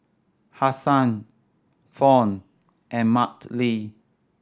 Hassan Fawn and Marty